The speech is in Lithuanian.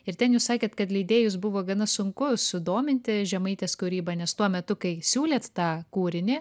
ir ten jūs sakėt kad leidėjus buvo gana sunku sudominti žemaitės kūryba nes tuo metu kai siūlėt tą kūrinį